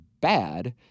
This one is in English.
bad